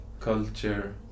culture